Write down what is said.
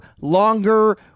longer